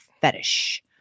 Fetish